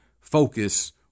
focus